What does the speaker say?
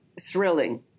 thrilling